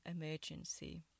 emergency